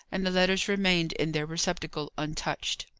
and the letters remained in their receptacle untouched.